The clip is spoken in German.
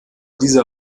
dieser